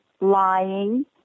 lying